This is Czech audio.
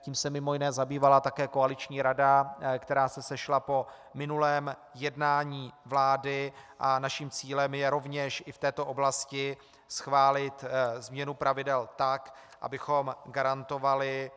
Tím se mimo jiné zabývala také koaliční rada, která se sešla po minulém jednání vlády, a naším cílem je rovněž i v této oblasti schválit změnu pravidel tak, abychom garantovali